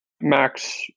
Max